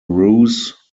ruse